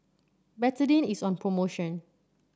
Betadine is on promotion